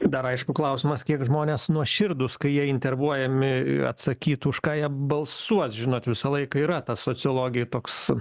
dar aišku klausimas kiek žmonės nuoširdūs kai jie intervuojami atsakyt už ką jie balsuos žinot visą laiką yra tas sociologijoj toks